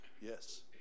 Yes